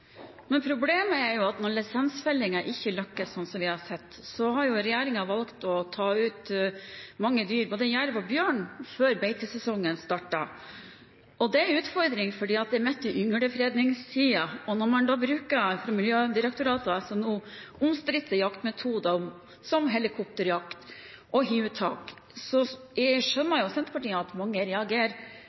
Problemet er at når lisensfellingen ikke lykkes, som vi har sett, har regjeringen valgt å ta ut mange dyr – både jerv og bjørn – før beitesesongen starter. Det er en utfordring, for dette er midt i ynglefredningstiden, og nå bruker Miljødirektoratet altså omstridte jaktmetoder som helikopterjakt og hiuttak. Senterpartiet skjønner at mange reagerer